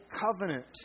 covenant